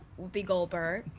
whoopi goldberg.